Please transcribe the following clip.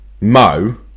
Mo